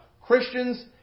Christians